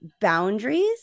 boundaries